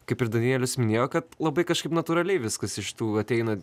kaip ir danielius minėjo kad labai kažkaip natūraliai viskas iš tų ateina